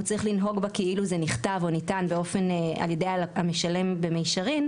הוא צריך לנהוג בה כאילו זה נכתב או ניתן על ידי המשלם במישרין,